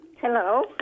hello